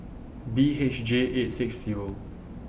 B H J eight six Zero